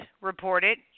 reported